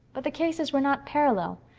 but the cases were not parallel.